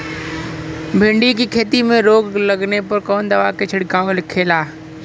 भिंडी की खेती में रोग लगने पर कौन दवा के छिड़काव खेला?